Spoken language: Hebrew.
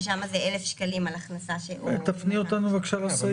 ששם זה 1,000 שקלים על הכנסה --- תפני אותנו בבקשה לסעיף.